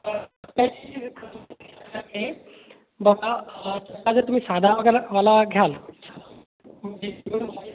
बघा तुम्ही साधा वगैरे वाला घ्याल